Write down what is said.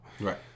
Right